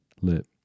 lit